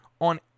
on